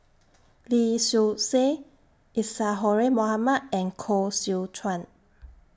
Lee Seow Ser Isadhora Mohamed and Koh Seow Chuan